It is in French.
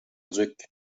duc